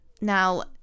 Now